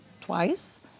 twice